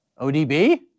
ODB